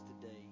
today